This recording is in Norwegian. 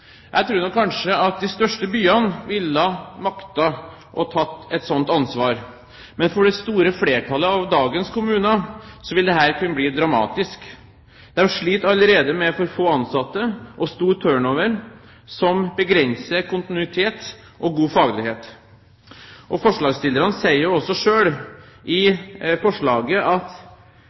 Jeg tror kanskje at de største byene ville maktet å ta et sånt ansvar, men for det store flertallet av dagens kommuner vil dette kunne bli dramatisk. De sliter allerede med for få ansatte og stor turnover, som begrenser kontinuitet og god faglighet. Forslagsstillerne sier jo også selv i forslaget at